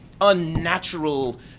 unnatural